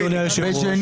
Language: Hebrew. אדוני היושב-ראש,